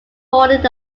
holding